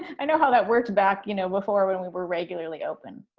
i know how that works back, you know before, when we were regularly open.